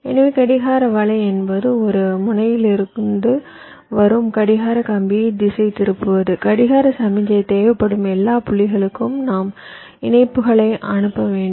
எனவே கடிகார வலை என்பது ஒரு முனையிலிருந்து வரும் கடிகார கம்பியை திசை திருப்புவது கடிகார சமிக்ஞை தேவைப்படும் எல்லா புள்ளிகளுக்கும் நாம் இணைப்புகளை அனுப்ப வேண்டும்